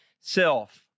self